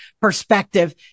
perspective